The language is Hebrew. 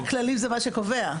הכללים זה מה שקובע.